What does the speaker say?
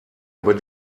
über